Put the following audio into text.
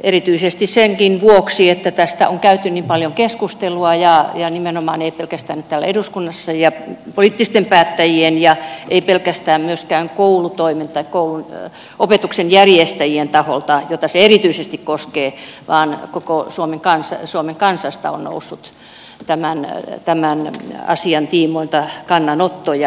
erityisesti senkin vuoksi että tästä on käyty niin paljon keskustelua ja nimenomaan ei pelkästään nyt täällä eduskunnassa ja poliittisten päättäjien ja ei pelkästään myöskään koulutoimen tai opetuksen järjestäjien taholta joita se erityisesti koskee vaan koko suomen kansasta on noussut tämän asian tiimoilta kannanottoja